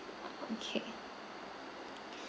okay